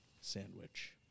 sandwich